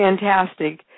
fantastic